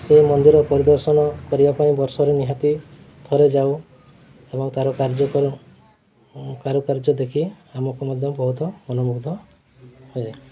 ସେଇ ମନ୍ଦିର ପରିଦର୍ଶନ କରିବା ପାଇଁ ବର୍ଷରେ ନିହାତି ଥରେ ଯାଉ ଏବଂ ତା'ର କାର୍ଯ୍ୟ କାରୁକାର୍ଯ୍ୟ ଦେଖି ଆମକୁ ମଧ୍ୟ ବହୁତ ମନମୁଗ୍ଧ ହୁଏ